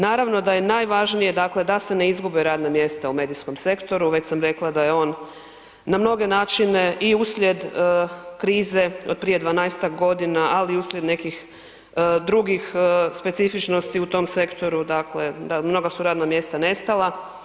Naravno da je najvažnije dakle da se ne izgube radna mjesta u medijskom sektoru, već sam rekla da je on na mnoge načine i uslijed krize prije 12-ak godina ali i uslijed nekih drugih specifičnosti u tom sektoru, dakle, mnoga su radna mjesta nestala.